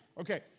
Okay